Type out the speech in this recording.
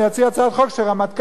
אני אציע הצעת חוק שרמטכ"ל,